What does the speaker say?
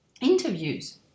Interviews